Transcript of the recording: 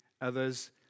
others